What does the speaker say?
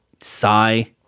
sigh